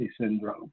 Syndrome